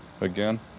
again